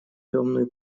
темную